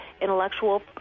intellectual